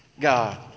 God